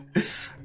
if